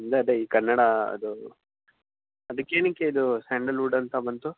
ಇಲ್ಲಿದೆ ಈ ಕನ್ನಡ ಅದು ಅದಕ್ಕೇನಕ್ಕೆ ಇದು ಸ್ಯಾಂಡಲ್ ವುಡ್ ಅಂತ ಬಂತು